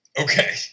Okay